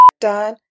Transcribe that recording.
done